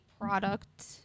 product